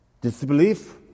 Disbelief